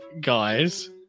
guys